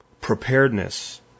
Preparedness